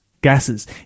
gases